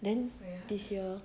then this year will you travel